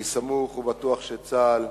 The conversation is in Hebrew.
אני סמוך ובטוח שצה"ל,